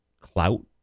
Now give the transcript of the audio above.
clout